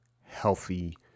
healthy